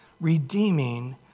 redeeming